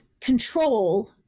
control